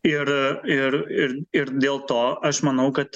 ir ir ir ir dėl to aš manau kad